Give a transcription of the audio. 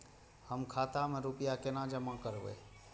हम खाता में रूपया केना जमा करबे?